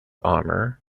armour